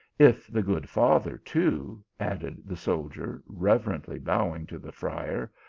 if the good father too, added the soldier, reverently bowing to the friar,